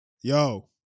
Yo